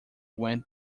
went